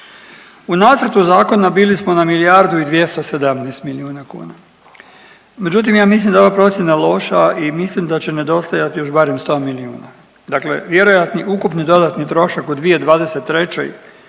u nacrtu zakona bili smo na milijardu i 217 milijuna kuna. Međutim, ja mislim da je ova procjena loša i mislim da će nedostajati još barem 100 milijuna, dakle vjerojatni ukupni dodatni trošak u 2023.